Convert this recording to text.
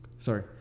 Sorry